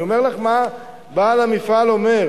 אני אומר לך מה בעל המפעל אומר.